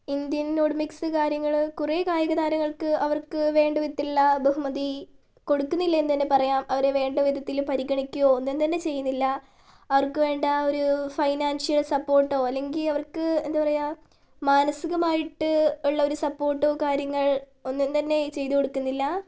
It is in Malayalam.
ഇന്ത്യൻ ഒളിമ്പിക്സ് കാര്യങ്ങള് കുറേ കായികതാരങ്ങൾക്ക് അവർക്ക് വേണ്ടവിധത്തിലുള്ള ബഹുമതി കൊടുക്കുന്നില്ല എന്നുതന്നെ പറയാം അവരെ വേണ്ടവിധത്തിൽ പരിഗണിക്കുകയോ ഒന്നും തന്നെ ചെയ്യുന്നില്ല അവർക്ക് വേണ്ട ഒരു ഫൈനാൻഷ്യൽ സപ്പോർട്ടോ അല്ലെങ്കിൽ അവർക്ക് എന്താ പറയുക മനസികമായിട്ട് ഉള്ള ഒരു സപ്പോർട്ടോ കാര്യങ്ങൾ ഒന്നും തന്നെ ചെയ്തു കൊടുക്കുന്നില്ല